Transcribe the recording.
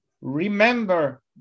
remember